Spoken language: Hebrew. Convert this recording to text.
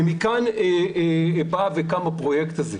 ומכאן בא וקם הפרויקט הזה.